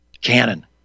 Canon